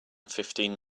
fifteen